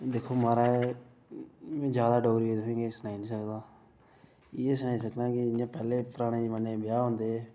दिक्खो म्हाराज अ जादा डोगरी ते में तु'सेंगी सनाई निं सकदा इ'यै सनाई सकनां कि जि'यां पैह्ले पराने जमाने च ब्याह् होंदे हे